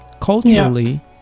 culturally